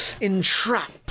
entrap